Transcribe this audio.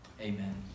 Amen